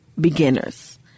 beginners